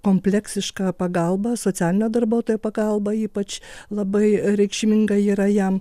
kompleksišką pagalbą socialinio darbuotojo pagalba ypač labai reikšminga yra jam